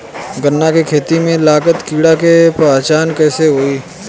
गन्ना के खेती में लागल कीड़ा के पहचान कैसे होयी?